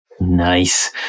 Nice